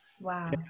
Wow